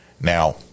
Now